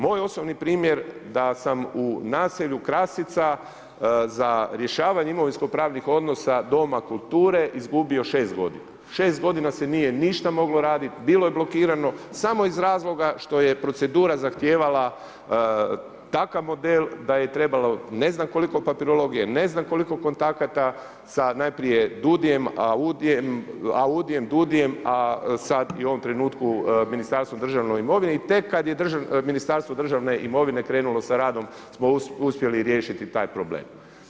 Moj osobni primjer, da sam u naselju Krasica, za rješavanje imovinskih pravnih odnosa doma kulture izgubio 6 g. 6 g. se nije ništa moglo raditi, bilo je blokirano, samo iz razloga što je procedura zahtijevala takav model da je trebalo ne znam koliko papirologije, ne znam koliko kontakata sa najprije DUUDI-jem, Audijem, a sad i u ovom trenutku Ministarstvo državne imovine i tek kad je Ministarstvo državne imovine krenulo sa radom smo uspjeli riješiti taj problem.